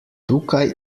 tukaj